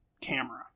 camera